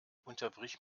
unterbrich